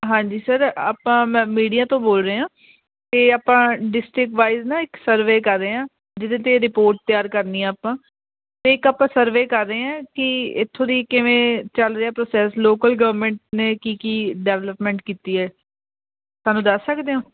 ਹਾਂਜੀ ਸਰ ਆਪਾਂ ਮੈਂ ਮੀਡੀਆ ਤੋਂ ਬੋਲ ਰਹੇ ਹਾਂ ਅਤੇ ਆਪਾਂ ਡਿਸਟਰਿਕ ਵਾਈਜ਼ ਨਾ ਇੱਕ ਸਰਵੇ ਕਰ ਰਹੇ ਹਾਂ ਜਿਹਦੇ 'ਤੇ ਰਿਪੋਰਟ ਤਿਆਰ ਕਰਨੀ ਆ ਆਪਾਂ ਅਤੇ ਇੱਕ ਆਪਾਂ ਸਰਵੇ ਕਰ ਰਹੇ ਹਾਂ ਕਿ ਇੱਥੋਂ ਦੀ ਕਿਵੇਂ ਚੱਲ ਰਿਹਾ ਪ੍ਰੋਸੈਸ ਲੋਕਲ ਗਵਰਮੈਂਟ ਨੇ ਕੀ ਕੀ ਡਿਵਲਪਮੈਂਟ ਕੀਤੀ ਹੈ ਸਾਨੂੰ ਦੱਸ ਸਕਦੇ ਓਂ